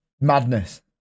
madness